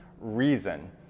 reason